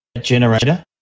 generator